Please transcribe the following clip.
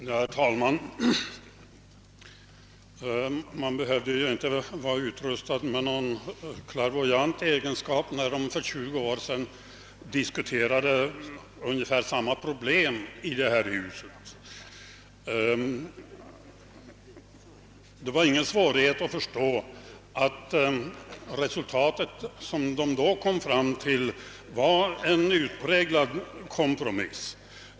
Herr talman! För omkring tjugo år sedan diskuterade man här i riksdagen ungefär samma problem som vi i dag behandlar. Man behövde inte vara utrustad med klärvoajanta egenskaper för att förstå att det resultat som den gången uppnåddes var en utpräglad kompromiss.